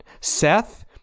Seth